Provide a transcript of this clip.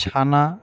ছানা